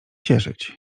cieszyć